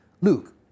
Luke